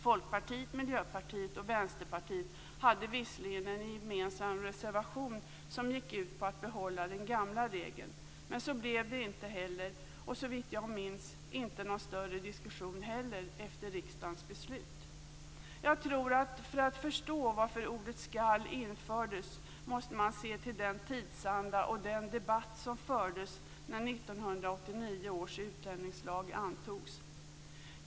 Folkpartiet, Miljöpartiet och Vänsterpartiet hade visserligen en gemensam reservation som gick ut på att behålla den gamla regeln. Men så blev det inte. Såvitt jag minns blev det heller inte någon större diskussion efter riksdagens beslut. För att förstå varför ordet skall infördes måste man se till den tidsanda och den debatt som fördes när 1989 års utlänningslag antogs.